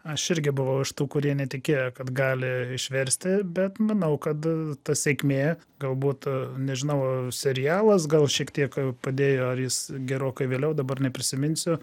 aš irgi buvau iš tų kurie netikėjo kad gali išversti bet manau kad ta sėkmė galbūt nežinau serialas gal šiek tiek padėjo ar jis gerokai vėliau dabar neprisiminsiu